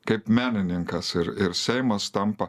kaip menininkas ir ir seimas tampa